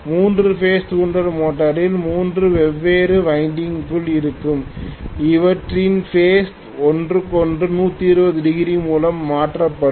மூன்று பேஸ் தூண்டல் மோட்டரில் மூன்று வெவ்வேறு வைண்டிங் குகள் இருக்கும் அவற்றின் பேஸ் ஒன்றுக்கொன்று 120 டிகிரி மூலம் மாற்றப்படும்